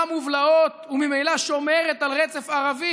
מובלעות וממילא שומרת על רצף ערבי,